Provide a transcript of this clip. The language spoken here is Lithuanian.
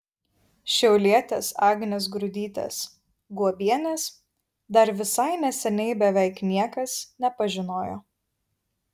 šiaulietės agnės grudytės guobienės dar visai neseniai beveik niekas nepažinojo